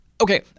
okay